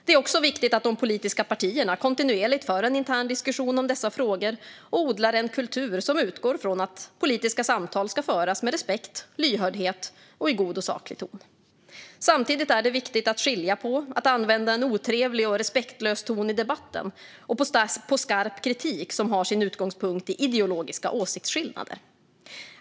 Det är också viktigt att de politiska partierna kontinuerligt för en intern diskussion om dessa frågor och odlar en kultur som utgår från att politiska samtal ska föras med respekt och lyhördhet och i god och saklig ton. Samtidigt är det viktigt att skilja mellan att använda en otrevlig och respektlös ton i debatten och att framföra skarp kritik som har sin utgångspunkt i ideologiska åsiktsskillnader.